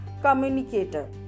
communicator